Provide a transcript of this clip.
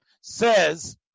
says